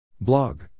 Blog